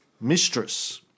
mistress